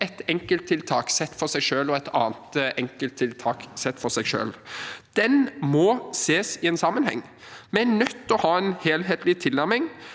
et enkelttiltak for seg og et annet enkelttiltak for seg. Den må ses i sammenheng. Vi er nødt til å ha en helhetlig tilnærming.